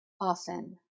often